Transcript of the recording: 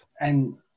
And-